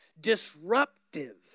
disruptive